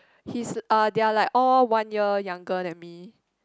he's uh they're like all one year younger than me